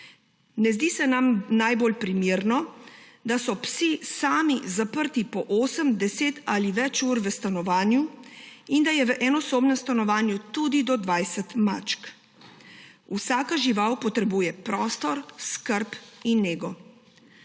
Ne zdi se nam najbolj primerno, da so psi sami zaprti po osem, 10 ali več ur v stanovanju in da je v enosobnem stanovanju tudi do 20 mačk. Vsaka žival potrebuje prostor, skrb in nego.